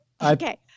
Okay